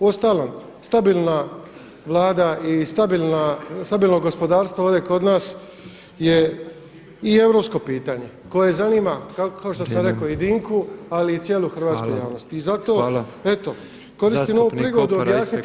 Uostalom stabilna Vlada i stabilno gospodarstvo ovdje kod nas je i europsko pitanje koje zanima kao što sam i rekao [[Upadica predsjednik: Vrijeme.]] i … ali i cijelu hrvatsku javnost [[Upadica predsjednik: Hvala.]] I zato eto koristim ovu prigodu objasniti